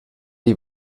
die